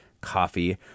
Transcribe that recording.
Coffee